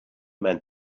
man